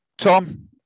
Tom